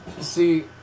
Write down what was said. see